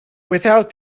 without